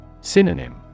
Synonym